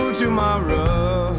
tomorrow